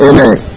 Amen